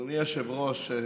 גברתי היושבת-ראש,